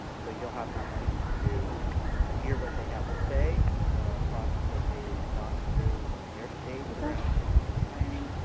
um so you will have an opportunity to hear what they have to say, the process that they have gone through in their states around strategic planning,